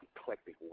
eclectic